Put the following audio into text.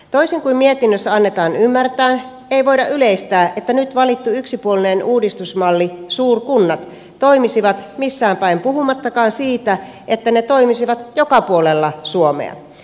toisin kuin mietinnössä annetaan ymmärtää ei voida yleistää että nyt valittu yksipuolinen uudistusmalli suurkunnat toimisi missään päin puhumattakaan siitä että ne toimisivat joka puolella suomea